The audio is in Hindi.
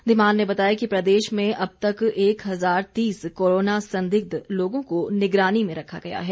धीमान ने बताया कि प्रदेश में अब तक एक हजार तीस कोरोना संदिग्ध लोगों को निगरानी में रखा गया है